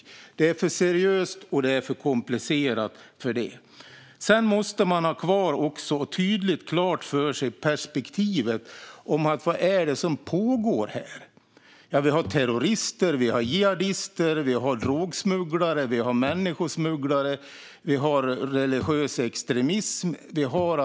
Frågan är för seriös och för komplicerad för något sådant. Man måste tydligt ha klart för sig perspektivet om vad som pågår. Det finns terrorister, jihadister, drogsmugglare, människosmugglare och religiösa extremister.